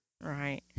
Right